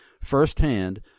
firsthand